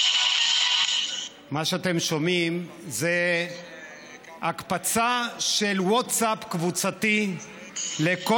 מה שאתם שומעים זה הקפצה בווטסאפ קבוצתי של כל